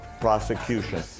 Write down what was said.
prosecution